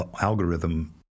algorithm